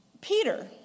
Peter